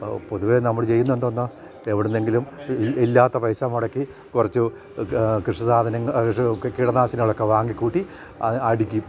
പൊതുവേ നമ്മൾ ചെയ്യുന്നത് എന്താണ് എവിടെ നിന്നെങ്കിലും ഇല്ലാത്ത പൈസ മുടക്കി കുറച്ചു കൃഷിസാധനങ്ങൾ കിടനാശിനളൊക്കെ വാങ്ങിക്കൂട്ടി അടിക്കും